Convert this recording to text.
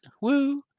Woo